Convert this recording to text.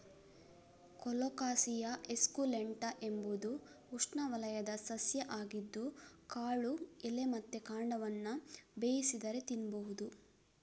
colocasia esculenta ಎಂಬುದು ಉಷ್ಣವಲಯದ ಸಸ್ಯ ಆಗಿದ್ದು ಕಾಳು, ಎಲೆ ಮತ್ತೆ ಕಾಂಡವನ್ನ ಬೇಯಿಸಿದರೆ ತಿನ್ಬಹುದು